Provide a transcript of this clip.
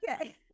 okay